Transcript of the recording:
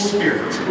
Spirit